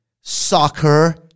soccer